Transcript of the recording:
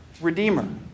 Redeemer